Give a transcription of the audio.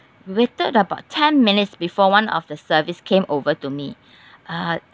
we waited about ten minutes before one of the service came over to me uh